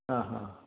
ആ ഹ